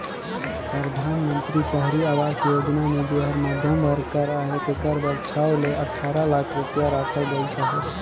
परधानमंतरी सहरी आवास योजना मे जेहर मध्यम वर्ग कर अहे तेकर बर छव ले अठारा लाख रूपिया राखल गइस अहे